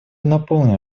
напомнил